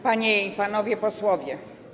Panie i Panowie Posłowie!